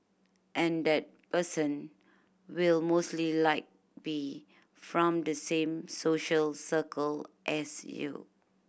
and that person will mostly like be from the same social circle as you